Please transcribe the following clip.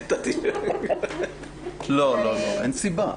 אין סיבה.